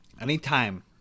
anytime